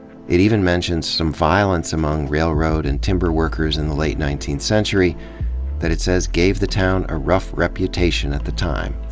it even mentions some violence among railroad and timber workers in the late nineteen th century that it says gave the town a rough reputation at the time.